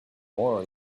more